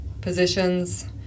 positions